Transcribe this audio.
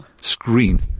screen